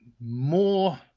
more